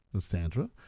Sandra